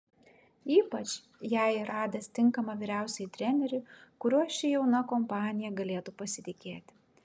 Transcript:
ypač jai radęs tinkamą vyriausiąjį trenerį kuriuo ši jauna kompanija galėtų pasitikėti